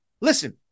Listen